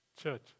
church